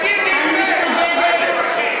תגיד לי אתה, תגיד לי אתה.